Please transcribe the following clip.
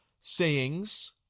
Sayings